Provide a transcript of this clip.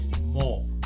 more